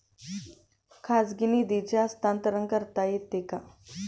खाजगी निधीचे हस्तांतरण करता येते का?